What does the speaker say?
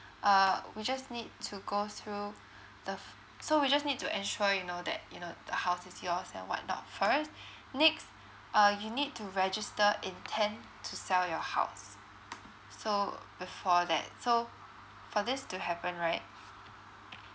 uh we just need to go through the so we just need to ensure you know that you know the house is yours and whatnot first next uh you need to register intent to sell your house so before that so for this to happen right